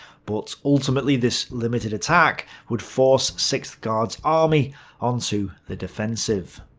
but ultimately, this limited attack would force sixth guards army onto the defensive.